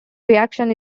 reaction